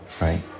right